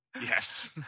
Yes